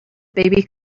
baby